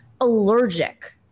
allergic